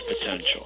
potential